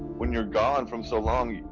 when you're gone from so long,